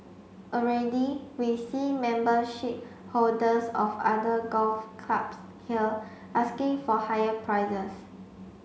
already we see membership holders of other golf clubs here asking for higher prices